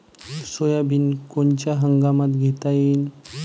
Soybean कोनच्या हंगामात घेता येईन?